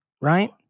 right